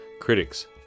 critics